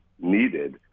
needed